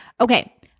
Okay